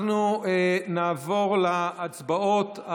אנחנו נעבור להצבעות,